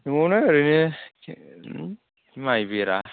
न'आवनो ओरैनो माइ बेरा